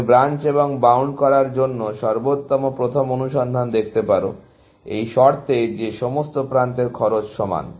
তুমি ব্রাঞ্চ এবং বাউন্ড করার জন্য সর্বোত্তম প্রথম অনুসন্ধান দেখতে পারো এই শর্তে যে সমস্ত প্রান্তের খরচ সমান